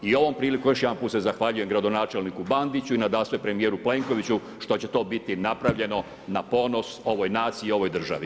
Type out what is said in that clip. I ovom prilikom još jedan put se zahvaljujem gradonačelniku Bandiću i nadasve premjeru Plenkoviću, što će to biti napravljeno na ponos ovoj naciji i ovoj državi.